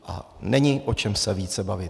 A není o čem se více bavit.